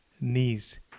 knees